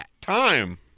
time